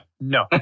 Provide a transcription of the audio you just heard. No